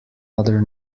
other